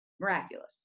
Miraculous